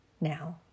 Now